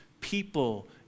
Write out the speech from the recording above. people